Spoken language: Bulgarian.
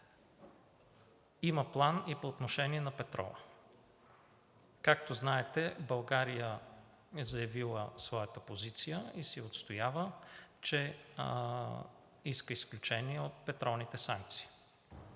Има план и по отношение на петрола. Както знаете, България е заявила своята позиция и си я отстоява, че иска изключение от петролните санкции.